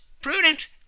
Prudent